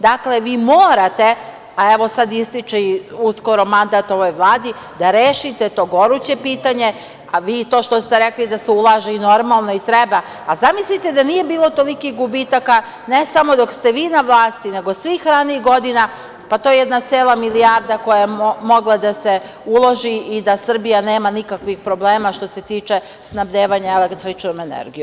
Dakle, vi morate, a sada ističe mandat ovoj Vladi, da rešite to goruće pitanje, a vi to što ste rekli da se ulaže, normalno i treba, a zamislite da nije bilo tolikih gubitaka, ne samo dok ste vi na vlasti, nego svih ranijih godina, pa to je jedna cela milijarda koja je mogla da se uloži i da Srbija nema nikakvih problema, što se tiče snabdevanja električnom energijom.